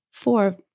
four